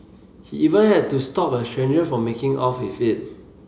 he even had to stop a stranger from making off with it